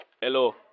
Hello